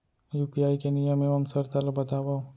UPI के नियम एवं शर्त ला बतावव